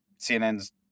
CNN's